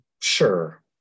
sure